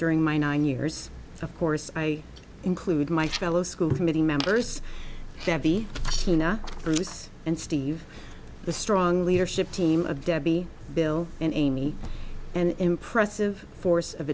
during my nine years of course i include my fellow school committee members debbie tina bruce and steve the strong leadership team of debbie bill and amy and impressive force of